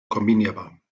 kombinierbar